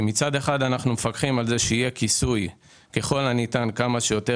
אנחנו מפקחים על זה שיהיה כיסוי כמה שיותר